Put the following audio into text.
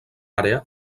àrea